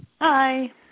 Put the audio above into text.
Hi